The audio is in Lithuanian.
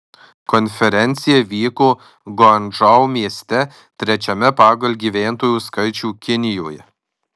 konferencija vyko guangdžou mieste trečiame pagal gyventojų skaičių kinijoje